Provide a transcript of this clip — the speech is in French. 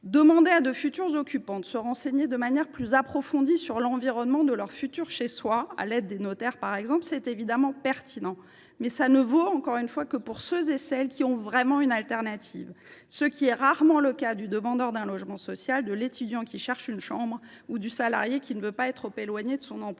Demander à de futurs occupants de se renseigner de manière plus précise sur l’environnement de leur futur chez soi, à l’aide des notaires par exemple, est évidemment pertinent, mais, je le répète, cela ne vaut que pour ceux qui ont véritablement le choix. C’est rarement le cas du demandeur d’un logement social, de l’étudiant qui cherche une chambre ou du salarié qui ne veut pas être trop éloigné de son emploi